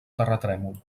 terratrèmol